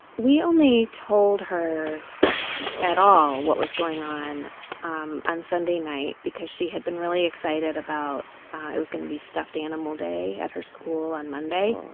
we only told her at all what was going on um on sunday night because she had been really excited about it was gonna be stuffed animal day at her school on monday.